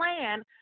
plan